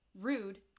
rude